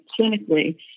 clinically